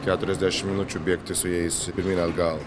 keturiasdešim minučių bėgti su jais pirmyn atgal